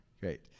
Great